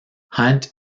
hunt